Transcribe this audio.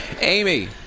Amy